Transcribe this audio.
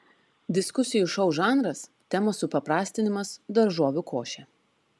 diskusijų šou žanras temos supaprastinimas daržovių košė